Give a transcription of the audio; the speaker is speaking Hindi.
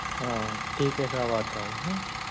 हाँ ठीक है साहब आता हूँ